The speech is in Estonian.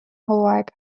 hooaeg